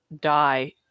die